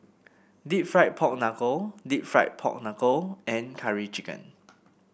deep fried Pork Knuckle deep fried Pork Knuckle and Curry Chicken